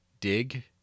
Dig